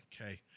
okay